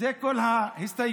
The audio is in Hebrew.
זה כל ההסתייגויות